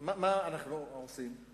מה אנחנו עושים?